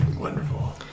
Wonderful